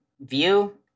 view